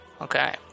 Okay